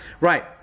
Right